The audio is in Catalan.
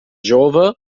jove